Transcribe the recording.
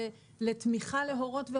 לתמיכה להורים,